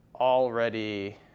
already